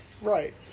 Right